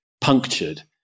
punctured